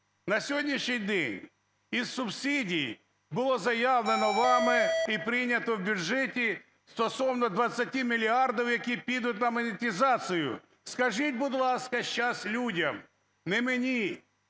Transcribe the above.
На сьогоднішній день із субсидій було заявлено вами і прийнято в бюджеті стосовно 20 мільярдів, які підуть на монетизацію. Скажіть, будь ласка, сейчас людям, не мені,